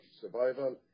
survival